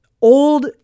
old